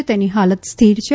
અને તેની ફાલત સ્થિર છે